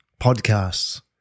Podcasts